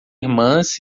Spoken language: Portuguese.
irmãs